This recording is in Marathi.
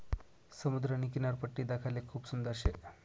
समुद्रनी किनारपट्टी देखाले खूप सुंदर शे